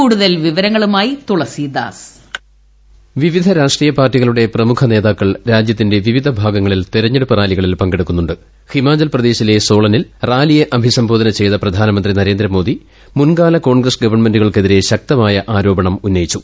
കൂടുതൽ വിവരങ്ങളുമായി തുളസിദാസ് വോയിസ് വിവിധ രാഷ്ട്രീയ പാർട്ടികളുടെ പ്രമുഖ നേതാക്കൾ രാജ്യത്തിന്റെ വിവിധ ഭാഗങ്ങളിൽ തെരഞ്ഞെടുപ്പ് റാലികളിൽ പങ്കെടുക്കുന്നു ഹിമാചൽപ്രദേശിലെ സ്പോളനിൽ റാലിയെ അഭിസംബോധന ചെയ്ത പ്രധാനമന്ത്രി നരേന്ദ്രമോദി മുൻകാല കോൺഗ്രസ് ഗവൺമെന്റുകൾക്കെതിരെ ശക്തമായ ആരോപണം ഉന്നയിച്ചു